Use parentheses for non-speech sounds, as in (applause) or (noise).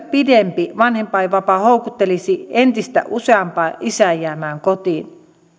(unintelligible) pidempi vanhempainvapaa houkuttelisi entistä useampaa isää jäämään kotiin